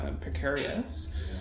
precarious